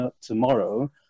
tomorrow